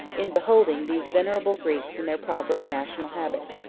in beholding these venerable greeks in their proper and national habit.